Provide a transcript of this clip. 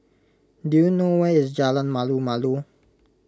do you know where is Jalan Malu Malu